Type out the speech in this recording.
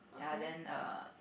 ya then err